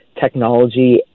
technology